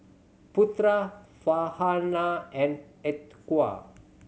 Putra Farhanah and Atiqah